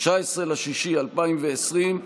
19 ביוני 2020,